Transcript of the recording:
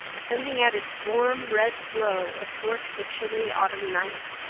sending out its warm red glow athwart the chilly autumn night.